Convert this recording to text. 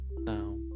Now